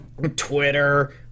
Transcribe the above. Twitter